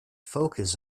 focuses